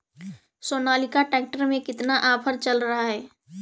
Sonalika tractor में कितना offer चल रहा है?